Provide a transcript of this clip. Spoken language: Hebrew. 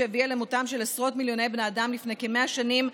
שהביאה למותם של עשרות מיליוני בני אדם לפני כ-100 שנים,